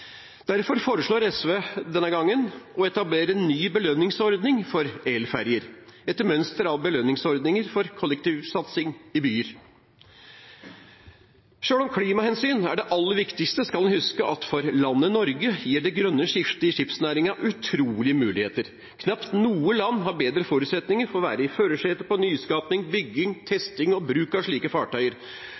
Derfor foreslår SV denne gangen å etablere en ny belønningsordning for elferger, etter mønster av belønningsordningene for kollektivsatsing i byer. Selv om klimahensyn er det aller viktigste, skal en huske at for landet Norge gir det grønne skiftet i skipsnæringen utrolige muligheter. Knapt noe land har bedre forutsetninger for å være i førersetet for nyskaping, bygging, testing og bruk av slike fartøyer.